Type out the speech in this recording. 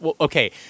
okay